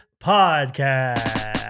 Podcast